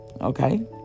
Okay